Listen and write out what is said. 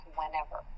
whenever